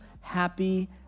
happy